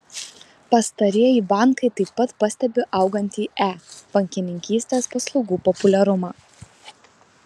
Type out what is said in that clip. pastarieji bankai taip pat pastebi augantį e bankininkystės paslaugų populiarumą